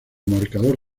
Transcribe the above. marcador